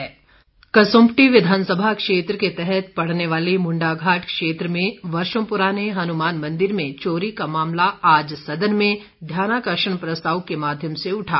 ध्यानाकर्षण प्रस्ताव कसुम्पटी विधानसभा क्षेत्र के तहत पड़ने वाले मुंडाघाट क्षेत्र में वर्षों प्राने हनुमान मंदिर में चोरी का मामला आज सदन में ध्यानाकर्षण प्रस्ताव के माध्यम से उठा